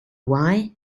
why